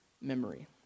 memory